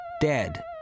dead